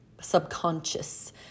subconscious